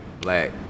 black